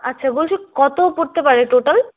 আচ্ছা বলছি কত পড়তে পারে টোটাল